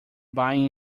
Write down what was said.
buying